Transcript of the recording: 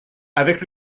avec